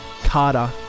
Carter